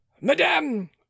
madame